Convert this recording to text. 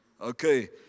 Okay